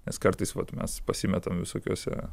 nes kartais vat mes pasimetam visokiose